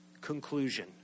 conclusion